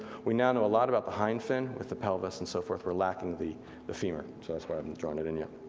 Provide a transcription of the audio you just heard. we now know a lot about the hind fin, with the pelvis and so forth, we're lacking the the femur so that's why i haven't drawn it in yet.